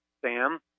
sam